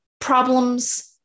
problems